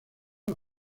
una